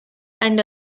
and